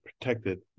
protected